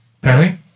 Penny